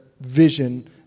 vision